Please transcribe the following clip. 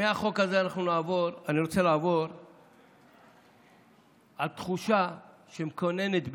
מהחוק הזה אני רוצה לעבור לתחושה שמקננת בי,